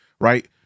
right